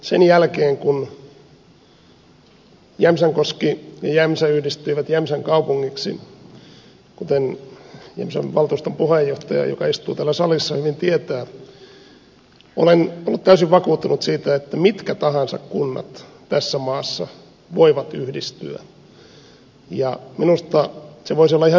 sen jälkeen kun jämsänkoski ja jämsä yhdistyivät jämsän kaupungiksi kuten jämsän valtuuston puheenjohtaja joka istuu täällä salissa hyvin tietää on ollut täysin vakuuttunut siitä että mitkä tahansa kunnat tässä maassa voivat yhdistyä ja minusta se voisi olla ihan hyvä lähtökohta tälle uudistukselle